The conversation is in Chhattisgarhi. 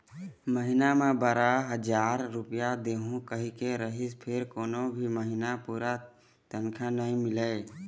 महिना म बारा हजार रूपिया देहूं केहे रिहिस फेर कोनो भी महिना पूरा तनखा नइ मिलय